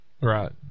Right